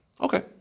Okay